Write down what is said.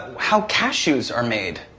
how cashews are made.